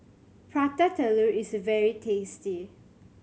Prata Telur is very tasty